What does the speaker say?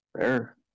Fair